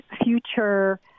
future